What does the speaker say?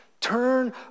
Turn